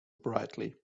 brightly